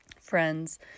friends